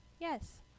Yes